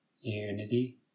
unity